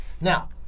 Now